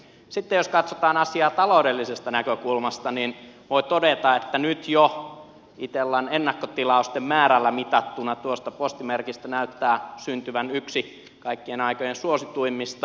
sitten jos katsotaan asiaa taloudellisesta näkökulmasta niin voi todeta että nyt jo itellan ennakkotilausten määrällä mitattuna tuosta postimerkistä näyttää syntyvän yksi kaikkien aikojen suosituimmista